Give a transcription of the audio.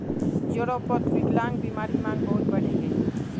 यूरोपोत विक्लान्ग्बीमार मांग बहुत बढ़े गहिये